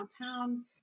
downtown